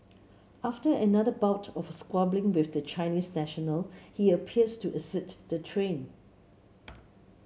after another bout of squabbling with the Chinese national he appears to exit the train